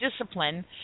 discipline